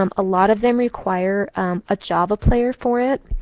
um a lot of them require a java player for it.